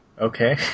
Okay